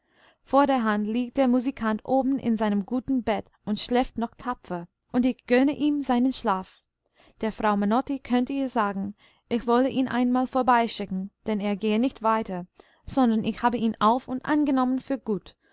vorderhand liegt der musikant oben in seinem guten bett und schläft noch tapfer und ich gönne ihm seinen schlaf der frau menotti könnt ihr sagen ich wolle ihn einmal vorbeischicken denn er gehe nicht weiter sondern ich habe ihn auf und angenommen für gut